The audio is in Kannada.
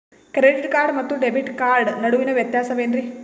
ಕ್ರೆಡಿಟ್ ಕಾರ್ಡ್ ಮತ್ತು ಡೆಬಿಟ್ ಕಾರ್ಡ್ ನಡುವಿನ ವ್ಯತ್ಯಾಸ ವೇನ್ರೀ?